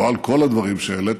לא על כל הדברים שהעליתם,